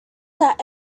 that